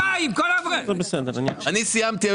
היושב ראש, אני סיימתי.